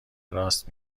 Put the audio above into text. راست